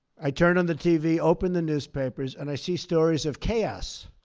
i turn on the tv, open the newspapers, and i see stories of chaos.